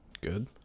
Good